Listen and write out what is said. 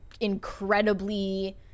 incredibly